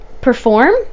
perform